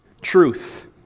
Truth